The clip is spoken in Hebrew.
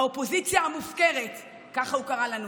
האופוזיציה המופקרת, ככה הוא קרא לנו.